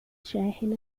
شاحنة